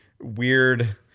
weird